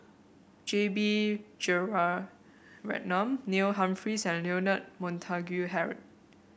J B Jeyaretnam Neil Humphreys and Leonard Montague Harrod